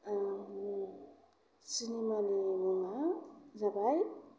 सिनेमानि मुङा जाबाय